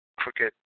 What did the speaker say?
crooked